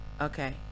Okay